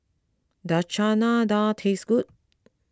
does Chana Dal taste good